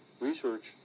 research